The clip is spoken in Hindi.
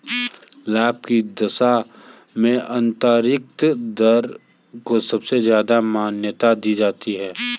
लाभ की दशा में आन्तरिक दर को सबसे ज्यादा मान्यता दी जाती है